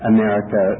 America